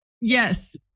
yes